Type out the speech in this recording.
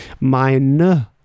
Meine